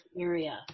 area